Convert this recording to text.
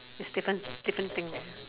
is different different thing leh